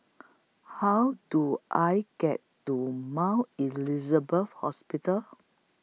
How Do I get to Mount Elizabeth Hospital